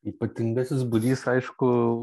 ypatingasis būrys aišku